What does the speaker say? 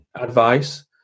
advice